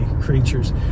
Creatures